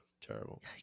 terrible